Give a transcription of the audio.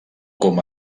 com